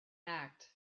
act